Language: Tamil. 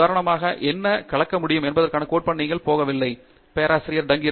உதாரணமாக என்ன என்ன கலக்க முடியும் என்பதற்கான கோட்பாட்டிற்கு நீங்கள் போகவில்லை பேராசிரியர் அருண் கே